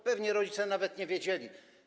Pewnie rodzice nawet o tym nie wiedzieli.